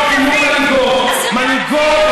לא תהיו מנהיגות.